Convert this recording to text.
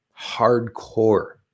Hardcore